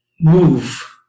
move